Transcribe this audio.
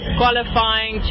qualifying